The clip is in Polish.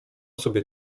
sobie